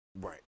right